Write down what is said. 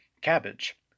cabbage